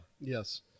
Yes